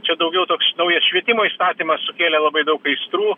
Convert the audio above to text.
čia daugiau toks naujas švietimo įstatymas sukėlė labai daug aistrų